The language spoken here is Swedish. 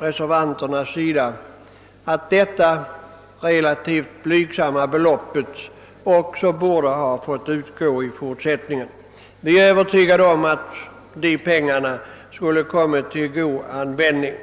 Reservanterna anser därför att detta relativt blygsamma belopp borde få utgå även i fortsättningen. Vi är övertygade om att dessa pengar skulle komma till god användning.